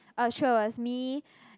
ah true it was me